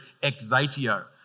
exatio